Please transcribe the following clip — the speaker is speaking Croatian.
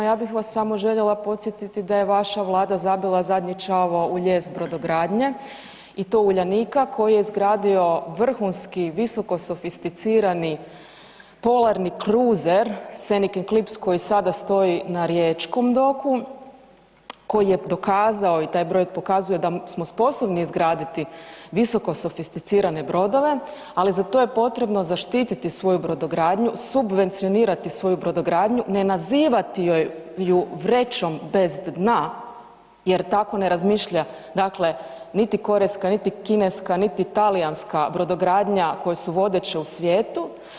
Ja bih vas samo željela podsjetiti da je vaša vlada zabila zadnji čavao u lijes brodogradnje i to Uljanika koji je izgradio vrhunski visoko sofisticirani polarni kruzer „Scenic Eclipse“ koji sada stoji na riječkom doku koji je dokazao i taj broj pokazuje da smo sposobni izgraditi visoko sofisticirane brodove, ali za to je potrebno zaštititi svoju brodogradnju, subvencionirati svoju brodogradnju, ne nazivati ju vrećom bez dna jer tako ne razmišlja, dakle niti korejska, niti kineska, niti talijanska brodogradnja koje su vodeće u svijetu.